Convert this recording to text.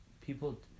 people